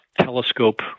telescope